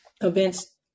events